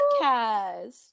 podcast